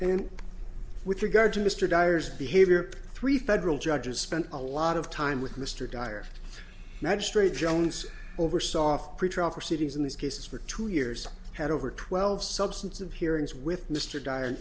and with regard to mr dyers behavior three federal judges spent a lot of time with mr dyer magistrate jones over soft pretrial proceedings in this case for two years had over twelve substance of hearings with mr di an